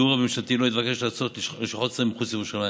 הדיור הממשלתי לא התבקש להקצות לשכות שרים מחוץ לירושלים.